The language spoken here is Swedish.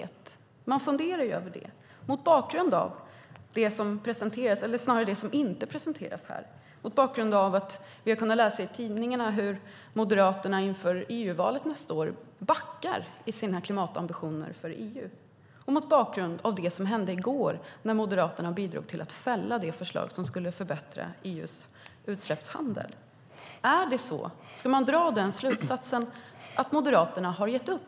Det kan man fundera över mot bakgrund av det som presenteras, eller snarare inte presenteras, här, mot bakgrund av att vi har kunnat läsa i tidningarna hur Moderaterna inför EU-valet nästa år backar i sina klimatambitioner för EU och mot bakgrund av det som hände i går när Moderaterna bidrog till att fälla det förslag som skulle förbättra EU:s utsläppshandel. Ska vi dra slutsatsen att Moderaterna har gett upp?